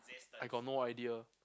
I got no idea